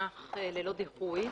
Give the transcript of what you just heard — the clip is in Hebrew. למונח 'ללא דיחוי'.